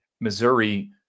Missouri